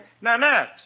Nanette